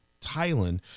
Thailand